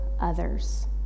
others